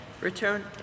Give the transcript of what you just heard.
Return